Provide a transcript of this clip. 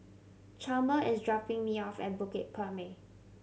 Chalmer is dropping me off at Bukit Purmei